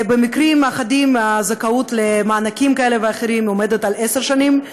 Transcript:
במקרים אחדים הזכאות למענקים כאלה ואחרים עומדת על עשר שנים,